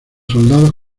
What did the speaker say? soldados